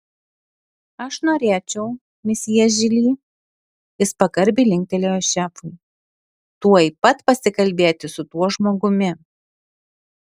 aš norėčiau mesjė žili jis pagarbiai linktelėjo šefui tuoj pat pasikalbėti su tuo žmogumi